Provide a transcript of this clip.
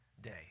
day